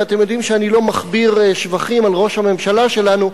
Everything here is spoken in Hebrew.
ואתם יודעים שאני לא מכביר שבחים על ראש הממשלה שלנו,